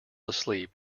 asleep